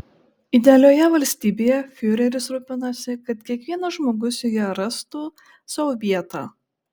idealioje valstybėje fiureris rūpinasi kad kiekvienas žmogus joje rastų sau vietą